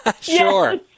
Sure